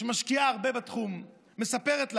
שמשקיעה הרבה בתחום, היא מספרת לנו: